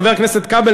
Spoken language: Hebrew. חבר הכנסת כבל,